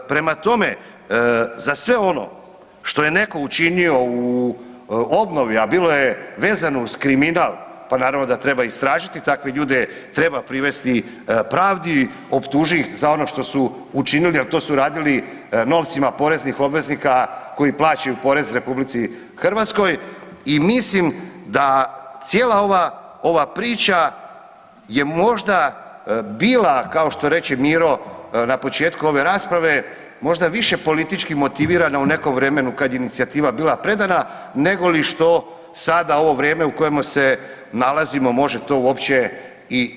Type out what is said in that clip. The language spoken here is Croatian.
Prema tome, za sve ono što je neko učinio u obnovi, a bilo je vezano uz kriminal, pa naravno da treba istražiti, takve ljude treba privesti pravdi, optuži ih za ono što su učinili, a to su radili novcima poreznih obveznika koji plaćaju porez RH i mislim da cijela ova priča je možda bila kao što reče Miro na početku ove rasprave, možda više politički motivirana u nekom vremenu kad je inicijativa bila predana nego li što sada ovo vrijeme u kojemu se nalazimo, može to uopće i dočarati.